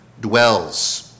dwells